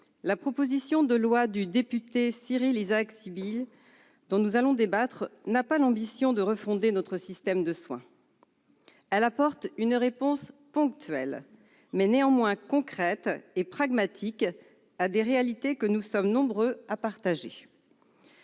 la proposition de loi du député Cyrille Isaac-Sibille dont nous allons débattre n'a pas l'ambition de refonder notre système de soins. Elle apporte une réponse ponctuelle, mais néanmoins concrète et pragmatique, à des réalités que nous sommes nombreux à constater.